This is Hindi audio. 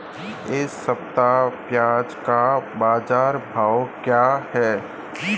इस हफ्ते प्याज़ का बाज़ार भाव क्या है?